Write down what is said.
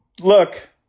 Look